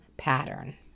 Pattern